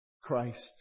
Christ